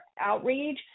outrage